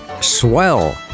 swell